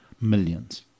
Millions